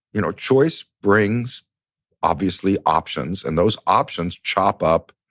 you know, choice brings obviously options, and those options chop up